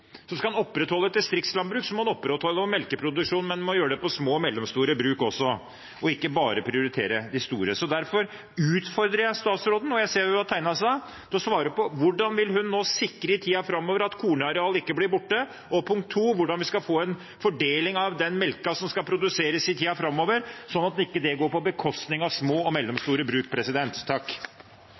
så god. Skal en opprettholde et distriktslandbruk, må en opprettholde melkeproduksjonen, men en må gjøre det på små og mellomstore bruk også, ikke bare prioritere de store. Derfor utfordrer jeg statsråden – jeg ser hun har tegnet seg – til å svare på: Hvordan vil hun sikre, i tiden framover, at korneareal ikke blir borte? Hvordan skal vi få en fordeling av melken som skal produseres i tiden framover, slik at det ikke går på bekostning av små og mellomstore bruk?